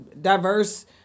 diverse